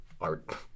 art